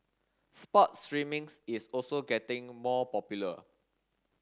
sports streamings is also getting more popular